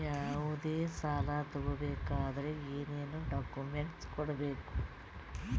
ಯಾವುದೇ ಸಾಲ ತಗೊ ಬೇಕಾದ್ರೆ ಏನೇನ್ ಡಾಕ್ಯೂಮೆಂಟ್ಸ್ ಕೊಡಬೇಕು?